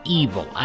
evil